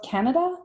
Canada